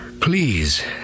Please